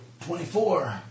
Twenty-four